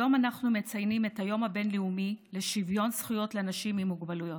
היום הבין-לאומי לשוויון זכויות לאנשים עם מוגבלויות.